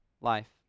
life